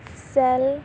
cell